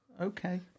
Okay